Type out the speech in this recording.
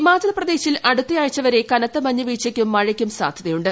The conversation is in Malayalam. ഹിമാചൽ പ്രദേശിൽ അടുത്ത ആഴ്ചവരെ കനത്ത മഞ്ഞ് വീഴ്ചയ്ക്കും മഴയ്ക്കും സാദ്ധ്യതയുണ്ട്